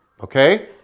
okay